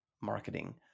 marketing